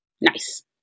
nice